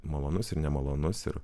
malonus ir nemalonus ir